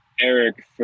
Eric